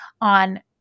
on